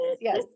Yes